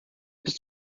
bist